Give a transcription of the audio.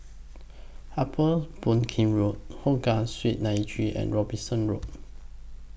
Upper Boon Keng Road Hougang Street nine three and Robinson Road